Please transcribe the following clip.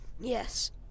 Yes